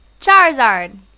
Charizard